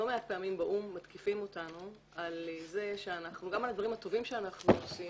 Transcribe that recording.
לא מעט פעמים באו"ם מתקיפים אותנו גם על הדברים הטובים שאנחנו עושים,